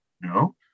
no